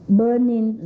burning